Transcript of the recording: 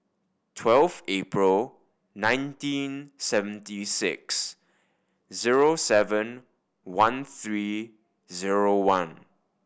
twelve April nineteen seventy six zero seven one three zero one